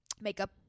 makeup